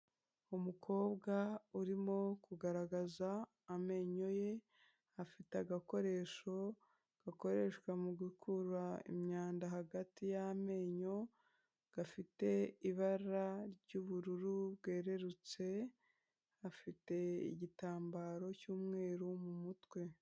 Umukobwa uririmo kugaragaza amenyo ye, afite agakoresho gakoreshwa mu gukura imyanda hagati y'amenyo, gafite ibara ry'ubururu bwerurutse, afite igitambaro cy'umweru mu mutwe.